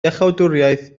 iachawdwriaeth